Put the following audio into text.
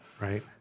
Right